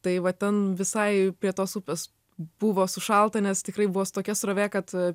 tai va ten visai prie tos upės buvo sušalta nes tikrai buvo su tokia srovė kad